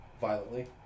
violently